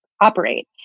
operate